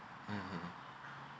mmhmm